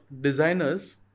designers